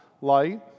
light